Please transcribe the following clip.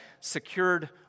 secured